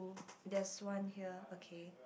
there's one here okay